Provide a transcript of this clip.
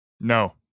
No